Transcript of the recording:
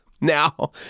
Now